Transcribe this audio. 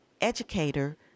educator